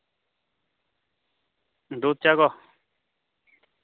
ᱫᱩᱫᱷ ᱪᱟ ᱠᱚ